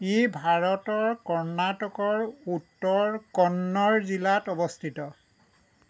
ই ভাৰতৰ কৰ্ণাটকৰ উত্তৰ কন্নড় জিলাত অৱস্থিত